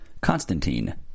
Constantine